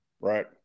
Right